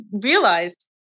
realized